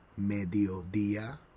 mediodía